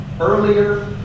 earlier